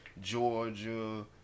Georgia